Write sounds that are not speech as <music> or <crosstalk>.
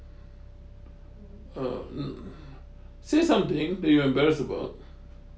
um <noise> say something that you are embarrassed about